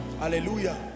Hallelujah